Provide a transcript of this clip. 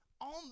on